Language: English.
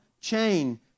chain